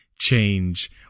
change